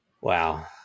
wow